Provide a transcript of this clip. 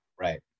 Right